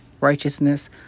righteousness